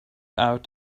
out